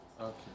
okay